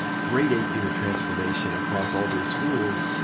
great eight-year transformation across all their schools.